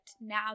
now